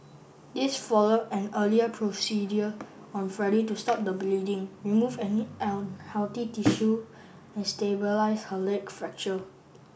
this followed an earlier procedure on Friday to stop the bleeding remove any unhealthy tissue and stabilise her leg fracture